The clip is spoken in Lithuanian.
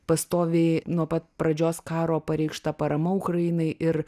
pastoviai nuo pat pradžios karo pareikšta parama ukrainai ir